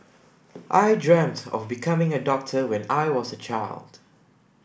I dreamt of becoming a doctor when I was a child